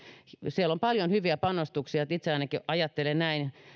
siellä on paljon hyviä panostuksia itse ainakin ajattelen näin